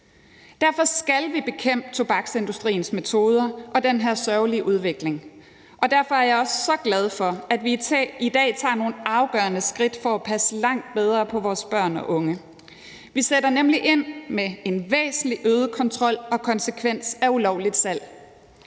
Derfor skal vi bekæmpe tobaksindustriens metoder og den her sørgelige udvikling, og derfor er jeg også så glad for, at vi i dag tager nogle afgørende skridt for at passe langt bedre på vores børn og unge. Vi sætter nemlig ind med en væsentligt øget kontrol og væsentligt øgede konsekvenser af ulovligt salg.